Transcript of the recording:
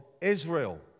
Israel